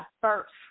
first